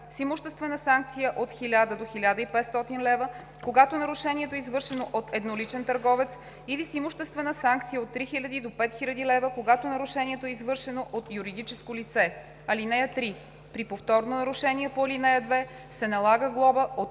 имуществена санкция от 1000 до 1500 лв., когато нарушението е извършено от едноличен търговец, или с имуществена санкция от 3000 до 5000 лв., когато нарушението е извършено от юридическо лице. (3) При повторно нарушение по ал. 2 се налага глоба от